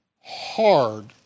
hard